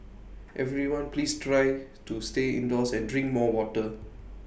everyone please try to stay indoors and drink more water